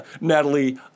Natalie